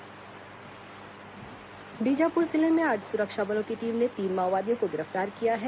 माओवादी गिरफ्तार बीजापुर जिले में आज सुरक्षा बलों की टीम ने तीन माओवादियों को गिरफ्तार किया है